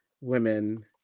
women